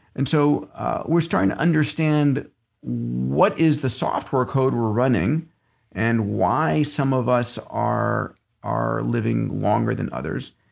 and so we're starting to understand what is the software code we're running and why some of us are are living longer than others.